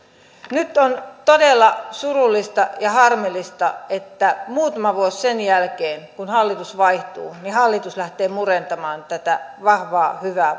nyt on todella surullista ja harmillista että muutama vuosi sen jälkeen kun hallitus vaihtuu hallitus lähtee murentamaan tätä vahvaa hyvää